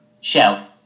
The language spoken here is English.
Shell